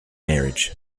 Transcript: marriage